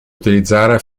utilizzare